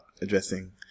addressing